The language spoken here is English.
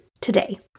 today